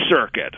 Circuit